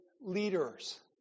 leaders